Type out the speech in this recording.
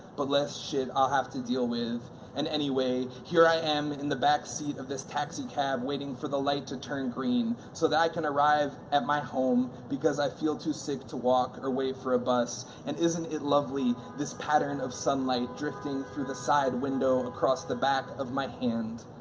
but less shit i'll have to deal with and anyway, here i am in the backseat of this taxicab waiting for the light to turn green so that i can arrive at my home because i feel too sick to walk or wait for a bus and, isn't it lovely, this pattern of sunlight drifting through the side window across the back of my hand,